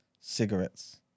cigarettes